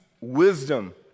wisdom